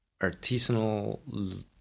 artisanal